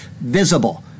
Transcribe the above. visible